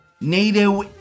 NATO